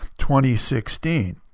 2016